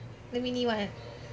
the mini [one]